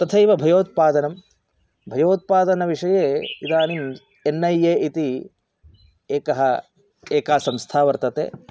तथैव भयोत्पादनं भयोत्पादनविषये इदानिम् एन् ऐ ए इति एका एका संस्था वर्तते